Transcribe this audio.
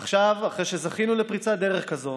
עכשיו, אחרי שזכינו לפריצת דרך כזאת